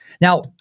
Now